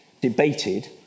debated